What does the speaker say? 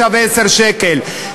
9 ו-10 שקלים?